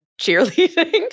cheerleading